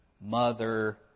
mother